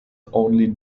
only